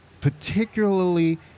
particularly